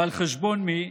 ועל חשבון מי?